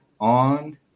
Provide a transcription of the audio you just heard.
on